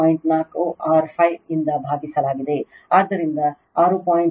4 R 5 ಇಂದ ಭಾವಿಸಲಾಗಿದೆ ಆದ್ದರಿಂದ 6